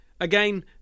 Again